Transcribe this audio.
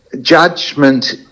judgment